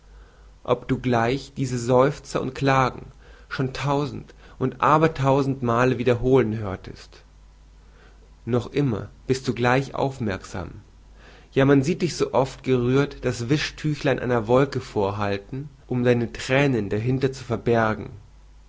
ob du gleich diese seufzer und klagen schon tausend und abermaltausend male wiederholen hörtest noch immer bist du gleich aufmerksam ja man sieht dich so oft gerührt das wischtüchlein einer wolke vorhalten um deine thränen dahinter zu verbergen